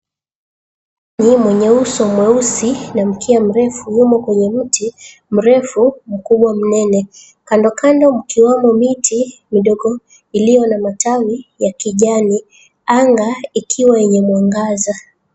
Mwenye uso mweusi na mkia mrefu yumo kwenye mti mrefu, mkubwa mnene. Kando kando mkiwamo miti midogo iliyo na matawi ya kijani. Anga ikiwa yenye mwangaza.